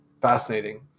fascinating